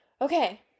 Okay